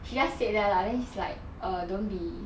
she just said that lah then is like err don't be